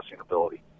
ability